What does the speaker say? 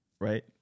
right